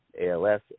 ALS